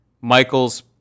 Michael's